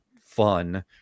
fun